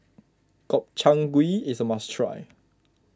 Gobchang Gui is a must try